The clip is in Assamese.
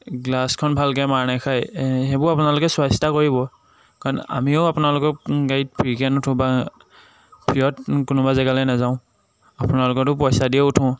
গ্লাছখন ভালকৈ মাৰ নাখায় সেইবোৰ আপোনালোকে চোৱা চিতা কৰিব কাৰণ আমিও আপোনালোকৰ গাড়ীত ফ্ৰীকৈ নুঠোঁ বা ফ্ৰীত কোনোবা জেগালৈ নাযাওঁ আপোনালোকৰতো পইচা দিয়ে উঠোঁ